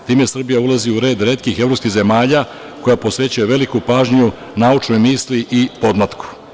Time Srbija ulazi u red retkih evropskih zemalja koja posvećuje veliku pažnju naučnoj misli i podmlatku.